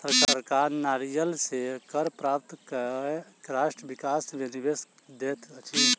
सरकार नागरिक से कर प्राप्त कय राष्ट्र विकास मे निवेश दैत अछि